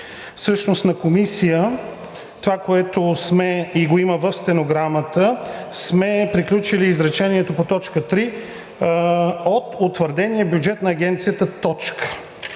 Всъщност на Комисия това, което сме – и го има в стенограмата, сме приключили изречението по т. 3 – „от утвърдения бюджет на Агенцията, точка“.